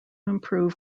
improve